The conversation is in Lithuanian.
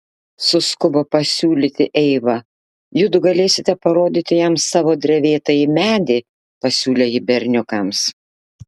suskubo pasiūlyti eiva judu galėsite parodyti jam savo drevėtąjį medį pasiūlė ji berniukams